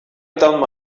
done